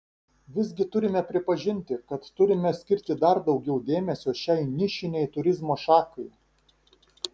visgi turime pripažinti kad turime skirti dar daugiau dėmesio šiai nišinei turizmo šakai